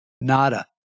nada